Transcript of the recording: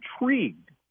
intrigued